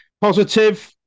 Positive